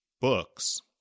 books